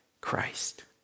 Christ